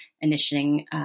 initiating